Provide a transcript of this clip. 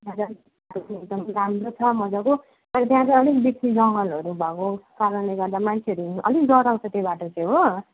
त्यो चाहिँ एकदम राम्रो छ मजाको तर त्यहाँ चाहिँ अलिक बेसी जङ्गलहरू भएको कारणले गर्दा मान्छेहरू अलिक डराउँछ त्यो बाटो चाहिँ हो